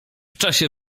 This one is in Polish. czasie